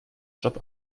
job